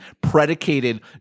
predicated